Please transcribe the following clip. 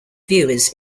viewers